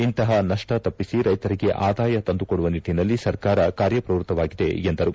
ಇಂತಹ ನಷ್ಟ ತಪ್ಪಿಸಿ ರೈತರಿಗೆ ಆದಾಯ ತಂದುಕೊಡುವ ನಿಟ್ಟಿನಲ್ಲಿ ಸರ್ಕಾರ ಕಾರ್ಯಪ್ರವೃತ್ತವಾಗಿದೆ ಎಂದರು